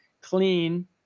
clean